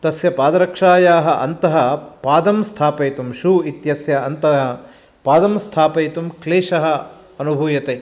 तस्य पादरक्षायाः अन्तः पादं स्थापयितुं शू इत्यस्य अन्तः पादं स्थापयितुं क्लेशः अनुभूयते